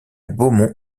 beaumont